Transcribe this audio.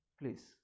Please